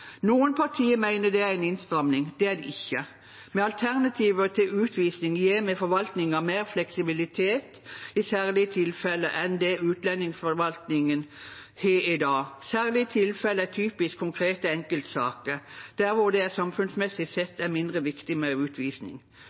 Noen partier mener det er en innstramming. Det er det ikke. Med alternativer til utvisning gir vi forvaltningen mer fleksibilitet i særlige tilfeller enn det utlendingsforvaltningen har i dag. Særlige tilfeller er typisk konkrete enkeltsaker der det samfunnsmessig sett er mindre viktig med utvisning.